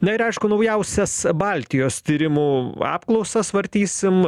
na ir aišku naujausias baltijos tyrimų apklausas vartysim